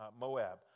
Moab